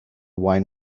wine